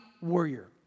warrior